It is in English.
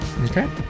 Okay